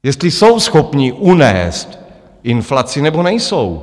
Jestli jsou schopni unést inflaci, nebo nejsou.